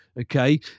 okay